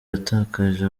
yatakaje